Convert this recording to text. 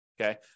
Okay